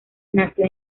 nació